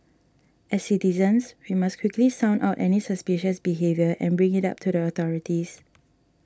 as citizens we must quickly sound out any suspicious behaviour and bring it up to the authorities